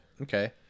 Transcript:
okay